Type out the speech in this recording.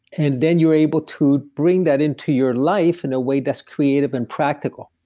and then you're able to bring that into your life in a way that's creative and practical.